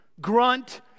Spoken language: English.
grunt